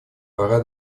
пора